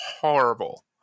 horrible